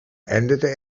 änderte